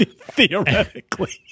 Theoretically